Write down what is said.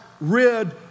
rid